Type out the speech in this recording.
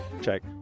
check